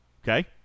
Okay